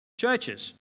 churches